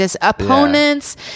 opponents